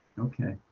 okay.